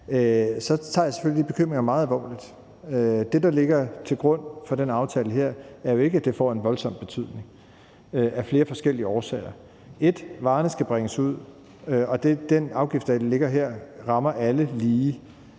man går tilbage og ser samrådet. Det, der ligger til grund for den aftale her, er jo ikke, at det får en voldsom betydning. Det er der flere forskellige årsager til: 1) Varerne skal bringes ud, og den afgift, der ligger her, rammer alle lige.